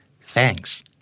thanks